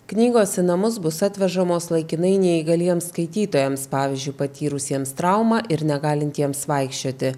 knygos į namus bus atvežamos laikinai neįgaliems skaitytojams pavyzdžiui patyrusiems traumą ir negalintiems vaikščioti